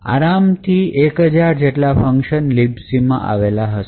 આરામથી ૧૦૦૦ જેટલા function libc માં આવેલા હશે